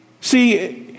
See